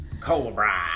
cobra